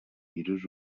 virus